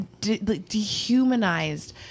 dehumanized